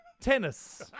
tennis